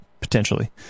potentially